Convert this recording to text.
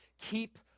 Keep